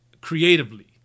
creatively